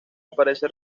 aparece